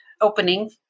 opening